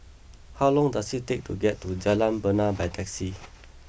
how long does it take to get to Jalan Bena by taxi